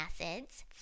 acids